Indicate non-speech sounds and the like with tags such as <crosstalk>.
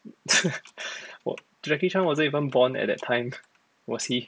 <laughs> jackie chan wasn't even born at that time was he